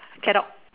cadog